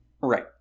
Right